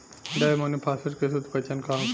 Di ammonium phosphate के शुद्ध पहचान का होखे?